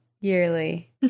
yearly